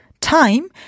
time